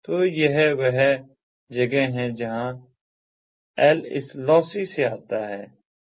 तो यह वह जगह है जहां यह L इस लोस्सी से आता है